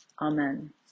Amen